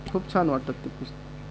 खूप छान वाटतात ते